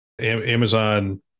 Amazon